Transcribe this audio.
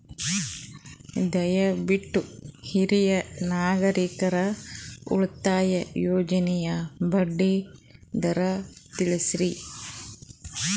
ದಯವಿಟ್ಟು ಹಿರಿಯ ನಾಗರಿಕರ ಉಳಿತಾಯ ಯೋಜನೆಯ ಬಡ್ಡಿ ದರ ತಿಳಸ್ರಿ